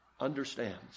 understands